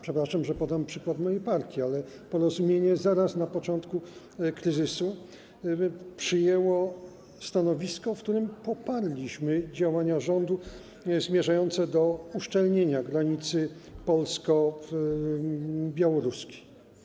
Przepraszam, że podam przykład mojej partii, ale Porozumienie zaraz na początku kryzysu przyjęło stanowisko, w którym poparło działania rządu zmierzające do uszczelnienia granicy polsko-białoruskiej.